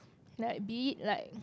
like be it like